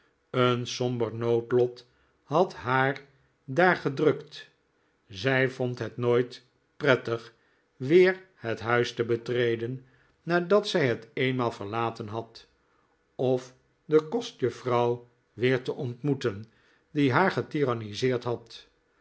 een somber noodlot had haar daar gedrukt zij vond het nooit prettig weer het huis te betreden nadat zij het eenmaal verlaten had of de kostjuffrouw weer te ontmoeten die haar getiranniseerd had